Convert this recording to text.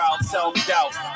self-doubt